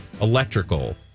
Electrical